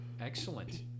excellent